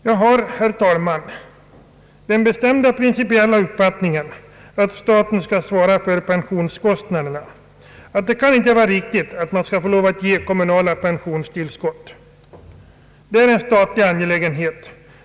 Jag har, herr talman, den bestämda principiella uppfattningen att staten skall svara för pensionskostnaderna. Det kan inte vara riktigt att kommunerna skall ge kommunala pensionstillskott.